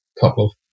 couple